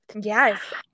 Yes